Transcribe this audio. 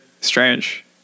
strange